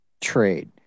trade